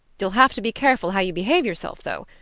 you'll have to be careful how you behave yourself, though.